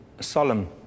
Solemn